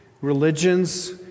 religions